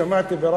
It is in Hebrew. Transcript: ושמעתי את שר